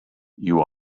you